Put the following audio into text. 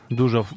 dużo